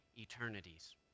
eternities